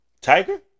Tiger